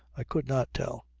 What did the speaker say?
i could not tell.